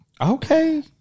Okay